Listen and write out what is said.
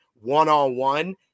one-on-one